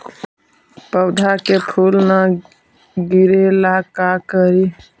पौधा के फुल के न गिरे ला का करि?